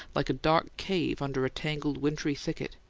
like a dark cave under a tangled wintry thicket.